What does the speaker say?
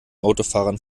autofahrern